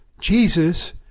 Jesus